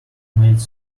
might